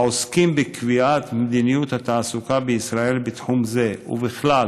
העוסקים בקביעת מדיניות התעסוקה בישראל בתחום זה ובכלל